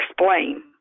explain